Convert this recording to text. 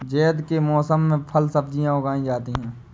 ज़ैद के मौसम में फल सब्ज़ियाँ उगाई जाती हैं